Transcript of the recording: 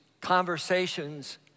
conversations